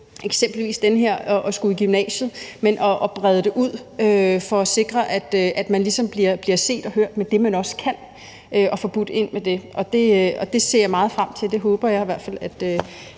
eksempelvis det med at skulle i gymnasiet, men at brede det ud for at sikre, at man ligesom bliver set og hørt med det, man også kan, og får budt ind med det. Det ser jeg meget frem til. Det håber jeg i hvert fald